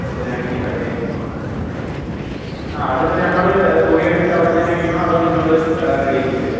ബുധനാഴ്ചയും വേറെയായിരിക്കും ആ ഓക്കേ ആ അതിപ്പോൾ ഞങ്ങൾ തുണി എടുത്തിട്ട് അവിടെ നിന്നുതന്നെ അടിക്കണൊ അതോ നിങ്ങൾ റെഡിയാക്കി തരുമോ